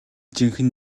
жинхэнэ